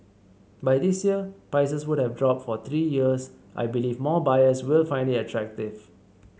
by this year prices would have dropped for three years I believe more buyers will find it attractive